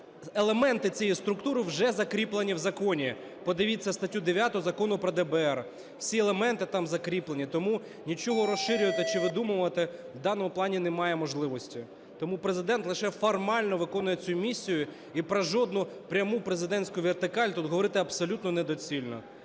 елементи цієї структури вже закріплені в законі. Подивіться статтю 9 Закону про ДБР, всі елементи там закріплені. Тому нічого розширювати чи видумувати в даному плані немає можливості. Тому Президент лише формально виконує цю місію, і про жодну пряму президентську вертикаль тут говорити абсолютно недоцільно.